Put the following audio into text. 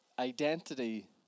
Identity